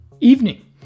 evening